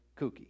kooky